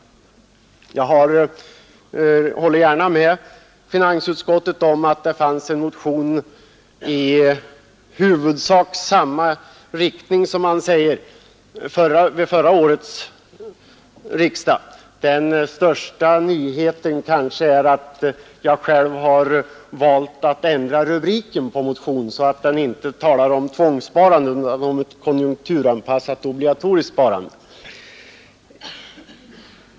Det är riktigt som utskottet säger, att det vid förra årets riksdag väcktes en ”i huvudsak likalydande motion”. Den största nyheten är väl att jag har valt att ändra rubriken på motionen, så att den nu inte talar om tvångssparande utan om konjunkturanpassat obligatoriskt sparande.